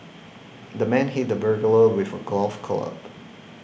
the man hit the burglar with a golf club